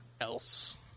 else